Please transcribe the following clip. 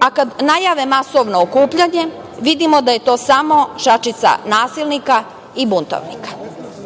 a kad najave masovno okupljanje vidimo da je to samo šačica nasilnika i buntovnika. Hvala